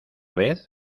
vez